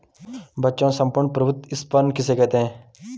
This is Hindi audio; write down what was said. बच्चों सम्पूर्ण प्रभुत्व संपन्न किसे कहते हैं?